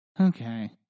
Okay